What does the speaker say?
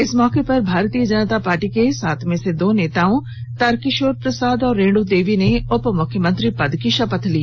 इस मौके पर भारतीय जनता पार्टी के सात में से दो नेताओं तारकिशोर प्रसाद और रेणु देवी ने उप मुख्यमंत्री पद की शपथ ली